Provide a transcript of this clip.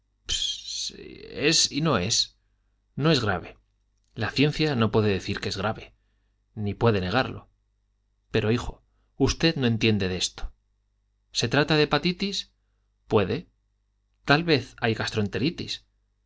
ps es y no es no no es grave la ciencia no puede decir que es grave ni puede negarlo pero hijo usted no entiende de esto se trata de una hepatitis puede tal vez hay gastroenteritis